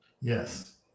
Yes